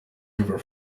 river